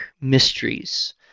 Mysteries